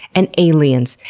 and aliens,